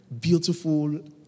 beautiful